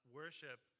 worship